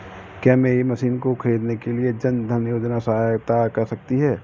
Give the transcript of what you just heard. क्या मेरी मशीन को ख़रीदने के लिए जन धन योजना सहायता कर सकती है?